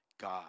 God